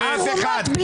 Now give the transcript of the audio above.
אורית, אף אחד.